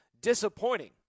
disappointing